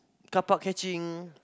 car park catching